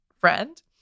friend